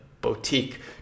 boutique